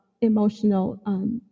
emotional